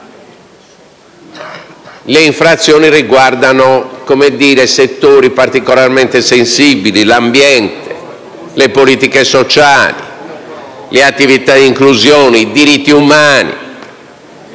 le infrazioni riguardino settori particolarmente sensibili, come l'ambiente, le politiche sociali, le attività di inclusione, i diritti umani.